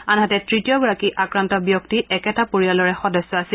আনহাতে তৃতীয়গৰাকী আক্ৰান্ত ব্যক্তি একেটা পৰিয়ালৰে সদস্য আছিল